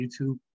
YouTube